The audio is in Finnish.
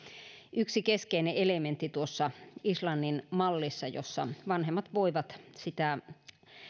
yksi keskeinen elementti tuossa islannin mallissa jossa vanhemmat voivat sitä